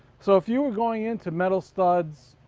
so if you are going into metal studs,